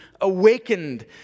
awakened